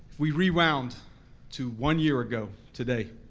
we rewound to one year ago, today,